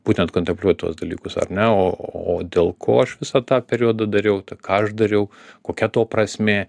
būtent kontenpliuot tuos dalykus ar ne o dėl ko aš visą tą periodą dariau tai ką aš dariau kokia to prasmė